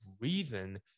reason